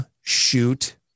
shoot